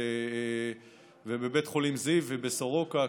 בבית חולים זיו ובסורוקה,